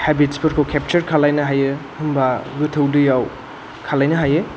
habits फोरखौ केपचार खालायनो हायो होमबा गोथौ दैयाव खालायनो हायो